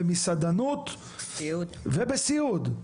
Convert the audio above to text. במסעדנות ובסיעוד.